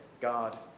God